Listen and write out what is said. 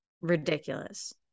ridiculous